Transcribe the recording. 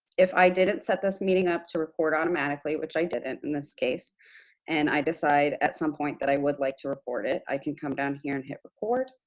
if i didn't set this meeting up to record automatically which i didn't, in this case and i decide at some point that i would like to record it, i can come down here and hit record.